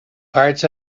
parts